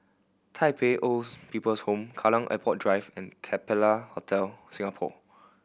Tai Pei Olds People's Home Kallang Airport Drive and Capella Hotel Singapore